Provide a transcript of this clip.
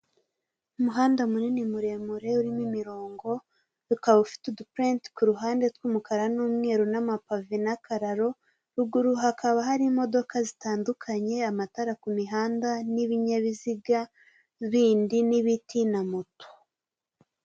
Umuhanda munini muremure urimo imirongo, ukaba ufite udupurenti ku ruhande tw'umukara n'umweru n'amapave n'akararo, ruguru hakaba har'imodoka zitandukanye amatara ku muhanda n'ibinyabiziga bindi n'ibiti na moto.